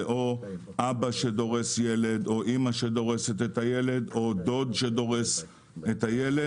או אבא שדורס ילד או אימא שדורסת את הילד או דוד שדורס את הילד.